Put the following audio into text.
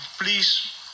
please